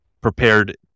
prepared